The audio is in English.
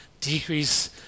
decrease